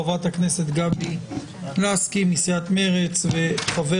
חברת הכנסת גבי לסקי מסיעת מרצ וחבר